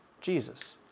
Jesus